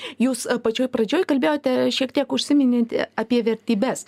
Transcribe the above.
jūs pačioj pradžioj kalbėjote šiek tiek užsiminėt apie vertybes